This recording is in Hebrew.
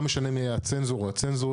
לא משנה מי היה הצנזור או הצנזורית,